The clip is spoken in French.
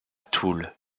toul